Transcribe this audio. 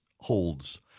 holds